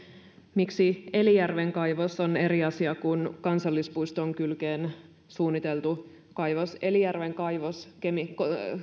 miksi elijärven kaivos on eri asia kuin kansallispuiston kylkeen suunniteltu kaivos elijärven kaivos